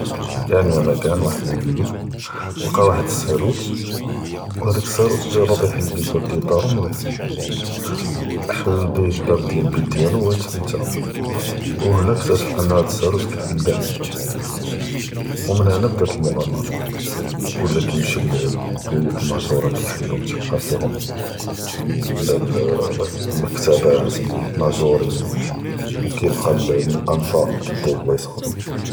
כאן יא מקאן וחד אלוליד, לקא וחד אלסארוט ו חדאק אלסארוט ג’רב יחל ביה באב דיאל דרהם ו יחל חל ביה אלבאב דיאל אלבית דיאלו ו תנטא, ו האנא כתאשעף האד אלסארוט יחל קואע אלבייבאן, ו מן האנא בדאת אלמע’אמרה, ולא כימש’י אלביות אלמהג’ורה כיהלום כילקא פיהום, לל, אלמקתבאת אלמהג’ורין ו כילקא אלאנפאק.